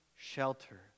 Shelter